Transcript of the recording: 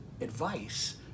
advice